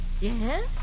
Yes